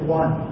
one